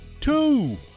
two